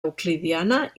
euclidiana